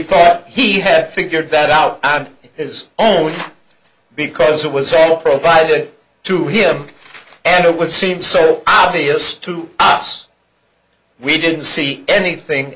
thought he had figured that out i'm his only because it was all provided to him and it would seem so obvious to us we didn't see anything